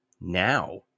now